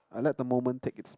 I let the moment take its